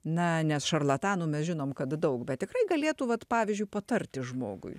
na nes šarlatanų mes žinom kad daug bet tikrai galėtų vat pavyzdžiui patarti žmogui